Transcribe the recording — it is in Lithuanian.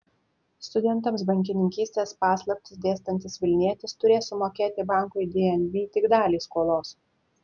studentams bankininkystės paslaptis dėstantis vilnietis turės sumokėti bankui dnb tik dalį skolos